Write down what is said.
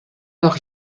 noch